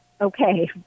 okay